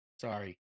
Sorry